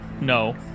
no